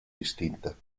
distinta